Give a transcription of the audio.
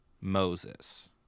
moses